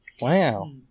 Wow